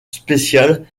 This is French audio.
special